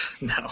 No